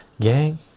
gang